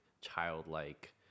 childlike